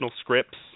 scripts